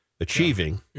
achieving